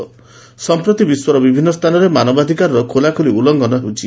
' ସଂପ୍ରତି ବିଶ୍ୱର ବିଭିନ୍ନ ସ୍ରାନରେ ମାନବାଧିକାରର ଖୋଲା ଉଲ୍ଲଘନ ହେଉଛି